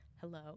Hello